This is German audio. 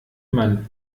man